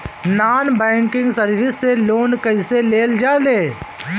Non banking service से loan कैसे लेल जा ले?